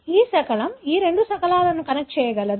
ఈ శకలం ఈ రెండు శకలాలను కనెక్ట్ చేయగలదు